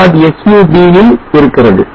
sub ல் இருக்கிறது